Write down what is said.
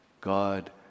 God